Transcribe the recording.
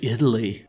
Italy